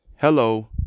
Hello